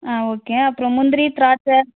ஆ okay அப்புறோம் முந்திரி திராட்சை